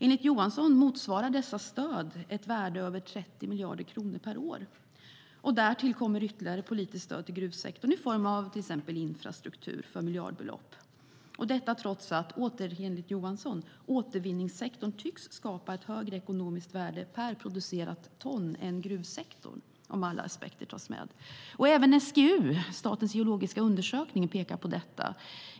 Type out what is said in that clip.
Enligt Johansson motsvarar dessa stöd ett värde på över 30 miljarder kronor per år. Därtill kommer ytterligare politiskt stöd till gruvsektorn i form av till exempel infrastruktur för miljardbelopp. Detta trots att, enligt Johansson, återvinningssektorn tycks skapa ett högre ekonomiskt värde per producerat ton än gruvsektorn om alla aspekter tas med. Även SGU, Sveriges geologiska undersökning, pekar på detta.